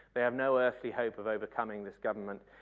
they have no earthly hope of overcoming this government.